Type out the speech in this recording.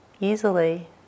easily